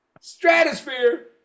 stratosphere